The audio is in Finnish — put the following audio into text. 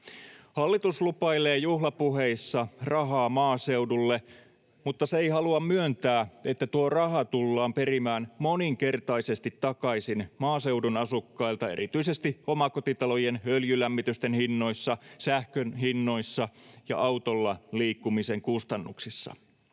Hallitus lupailee juhlapuheissa rahaa maaseudulle, mutta se ei halua myöntää, että tuo raha tullaan perimään moninkertaisesti takaisin maaseudun asukkailta erityisesti omakotitalojen öljylämmityksen hinnoissa, sähkön hinnoissa ja autolla liikkumisen kustannuksissa.